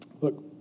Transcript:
Look